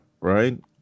right